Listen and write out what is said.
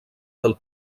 del